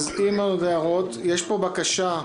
אתם לא מבינים שלעסקים יש בעיה תזרימית.